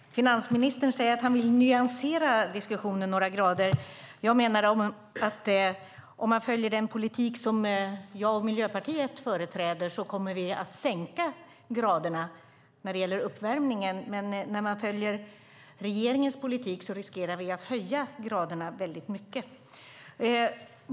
Herr talman! Finansministern säger att han vill nyansera diskussionen några grader. Jag menar att om vi följer den politik som jag och Miljöpartiet företräder kommer vi att sänka graderna när det gäller uppvärmningen. Men om vi följer regeringens politik riskerar vi att höja graderna väldigt mycket.